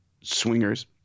Swingers